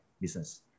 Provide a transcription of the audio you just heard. business